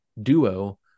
duo